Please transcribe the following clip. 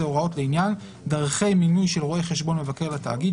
הוראות לעניין דרכי מינוי של רואה חשבון ומבקר לתאגיד,